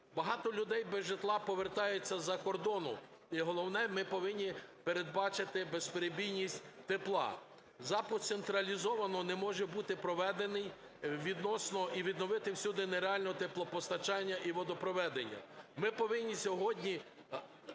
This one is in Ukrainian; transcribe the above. Багато людей без житла повертаються з-за кордону і, головне, ми повинні передбачити безперебійність тепла. Запуск централізовано не може бути проведений відносно і відновити всюди нереально теплопостачання і водопроведення. Ми повинні сьогодні